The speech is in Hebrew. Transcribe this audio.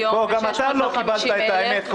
אלפי ------ גם אתה לא קיבלת את האמת,